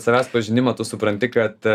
savęs pažinimą tu supranti kad